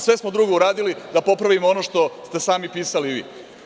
Sve smo drugo uradili da popravimo ono što ste sami pisali vi.